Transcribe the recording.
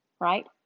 right